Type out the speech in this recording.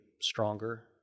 stronger